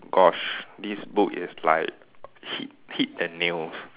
gosh this book is like hit hit the nails